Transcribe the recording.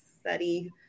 study